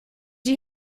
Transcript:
you